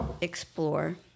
explore